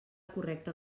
correcta